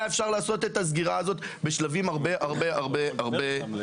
אפשר היה לעשות את הסגירה הזאת בשלבים הרבה יותר מתקדמים.